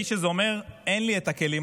האיש הזה אומר: אין לי את הכלים,